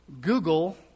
Google